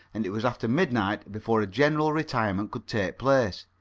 and it was after midnight before a general retirement could take place.